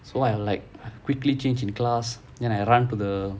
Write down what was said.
so I like quickly change in class then I run to the